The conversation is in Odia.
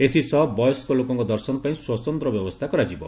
ଏଥିସହ ବୟସ୍କ ଲୋକଙ୍କ ଦର୍ଶନ ପାଇଁ ସ୍ୱତନ୍ତ ବ୍ୟବସ୍ରା କରାଯିବ